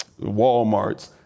Walmarts